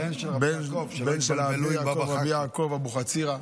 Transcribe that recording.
בן של רבי יעקב, בן של רבי יעקב אבו חצירא.